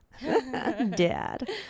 Dad